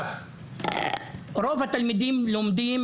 רוב התלמידים לומדים